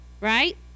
right